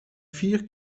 vier